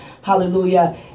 Hallelujah